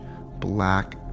black